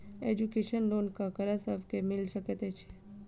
Education loan ककरा सब केँ मिल सकैत छै?